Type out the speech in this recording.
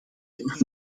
van